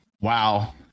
Wow